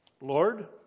Lord